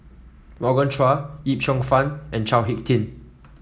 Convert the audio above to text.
Morgan Chua Yip Cheong Fun and Chao HicK Tin